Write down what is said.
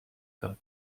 داد